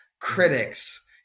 critics